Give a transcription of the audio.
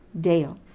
Dale